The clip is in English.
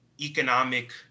economic